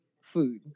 food